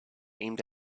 aimed